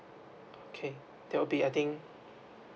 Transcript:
okay that will be I think